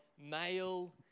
male